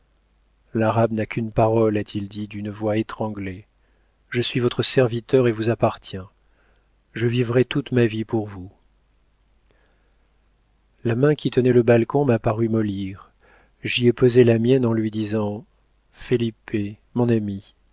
l'arabe n'a qu'une parole a-t-il dit d'une voix étranglée je suis votre serviteur et vous appartiens je vivrai toute ma vie pour vous la main qui tenait le balcon m'a paru mollir j'y ai posé la mienne en lui disant felipe mon ami